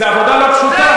זו עבודה לא פשוטה.